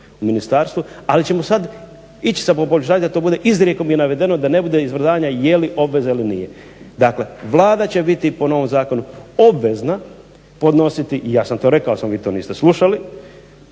sa ministarstvom. Ali ćemo sad ići sa poboljšanjem da to bude i izrijekom navedeno, da ne bude izvrdanja je li obveza ili nije. Dakle, Vlada će biti po novom zakonu obvezna podnositi i ja sam to rekao, samo vi to niste slušali,